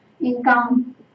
income